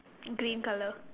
green colour